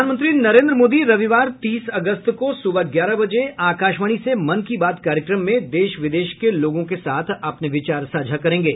प्रधानमंत्री नरेन्द्र मोदी रविवार तीस अगस्त को सुबह ग्यारह बजे आकाशवाणी से मन की बात कार्यक्रम में देश विदेश के लोगों के साथ अपने विचार साझा करेंगे